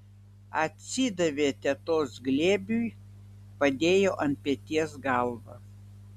atsidavė tetos glėbiui padėjo ant peties galvą